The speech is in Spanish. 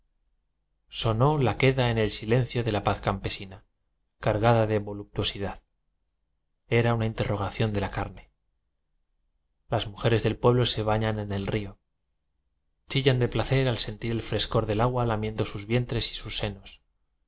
sonó la queda en el silencio de la paz campesina cargada de voluptuosidad era una interrogación de la c a r n e las mujeres del pueblo se bañan en el río chillan de placer al sentir el frescor del agua lamiendo sus vientres y sus senos